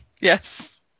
Yes